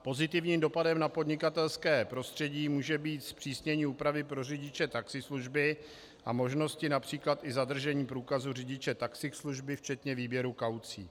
Pozitivním dopadem na podnikatelské prostředí může být zpřísnění úpravy pro řidiče taxislužby a možnosti například i zadržení průkazu řidiče taxislužby včetně výběru kaucí.